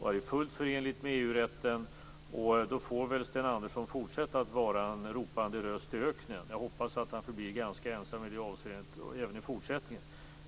och att det är fullt förenligt med EG-rätten. Då får väl Sten Andersson fortsätta att vara en ropande röst i öknen. Jag hoppas att han blir ganska ensam i det avseendet även i fortsättningen.